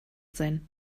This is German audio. sein